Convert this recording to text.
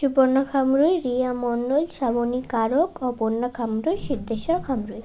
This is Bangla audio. সুপর্ণা খামারুই রিয়া মণ্ডল শ্রাবণী কারক অপর্ণা খামারুই সিদ্ধেশ্বর খামারুই